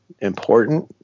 important